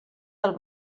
del